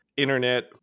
internet